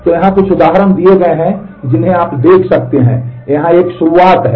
तो यहाँ कुछ उदाहरण दिए गए हैं जिन्हें आप देख सकते हैं यहाँ एक शुरुआत है